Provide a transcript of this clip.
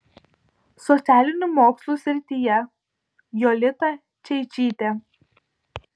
socialinių mokslų srityje jolita čeičytė